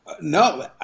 no